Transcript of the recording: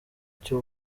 cyu